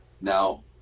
Now